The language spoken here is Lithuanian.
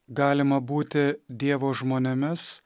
galima būti dievo žmonėmis